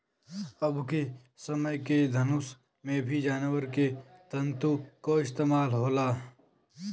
अबके समय के धनुष में भी जानवर के तंतु क इस्तेमाल होला